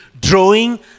drawing